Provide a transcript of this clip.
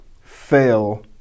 fail